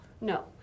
No